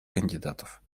кандидатов